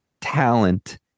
talent